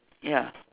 ya